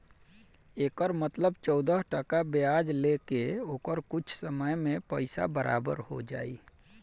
एकर मतलब चौदह टका ब्याज ले के ओकर कुछ समय मे पइसा बराबर हो जाई